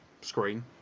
screen